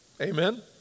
Amen